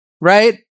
right